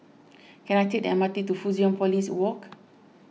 can I take the M R T to Fusionopolis Walk